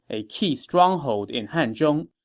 a key stronghold in hanzhong.